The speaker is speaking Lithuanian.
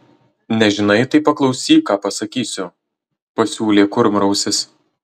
nežinai tai paklausyk ką pasakysiu pasiūlė kurmrausis